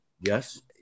Yes